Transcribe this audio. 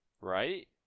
right